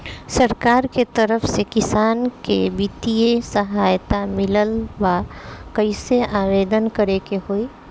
सरकार के तरफ से किसान के बितिय सहायता मिलत बा कइसे आवेदन करे के होई?